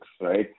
right